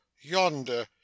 yonder